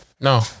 no